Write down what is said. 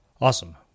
Awesome